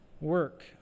work